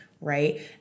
right